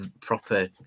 proper